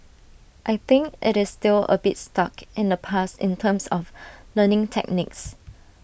I think IT is still A bit stuck in the past in terms of learning techniques